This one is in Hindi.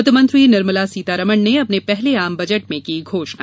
वित्तमंत्री निर्मला सीतारमण ने अपने पहले आम बजट में की घोषणा